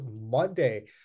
Monday